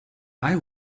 eye